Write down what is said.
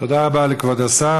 תודה רבה לכבוד השר.